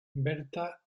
berta